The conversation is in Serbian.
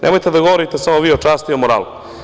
Nemojte da govorite samo vi o časti i moralu.